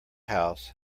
house